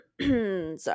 sorry